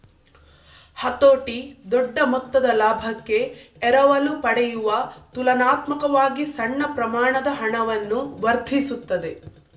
ಹತೋಟಿ ದೊಡ್ಡ ಮೊತ್ತದ ಲಾಭಕ್ಕೆ ಎರವಲು ಪಡೆಯುವ ತುಲನಾತ್ಮಕವಾಗಿ ಸಣ್ಣ ಪ್ರಮಾಣದ ಹಣವನ್ನು ವರ್ಧಿಸುತ್ತದೆ